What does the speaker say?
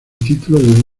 título